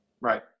right